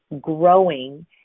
growing